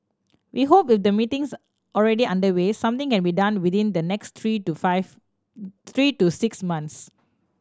we hope with the meetings already underway something can be done within the next three to five three to six months